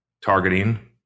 Targeting